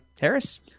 Harris